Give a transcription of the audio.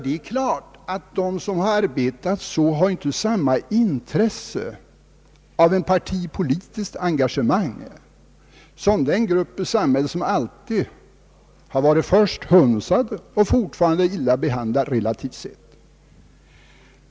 Det är klart att de som har arbetat på detta sätt inte har samma intresse av partipolitiskt engagemang som den grupp i samhället som har varit först hunsad och sedan och fortfarande illa behandlad relativt sett.